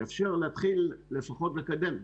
זה יאפשר להתחיל לפחות לקדם,